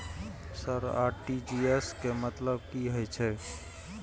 Sir RTGS के मतलब की हे छे?